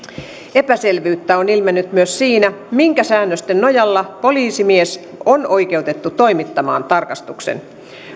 epäselvyyttä on ilmennyt myös siinä minkä säännösten nojalla poliisimies on oikeutettu toimittamaan tarkastuksen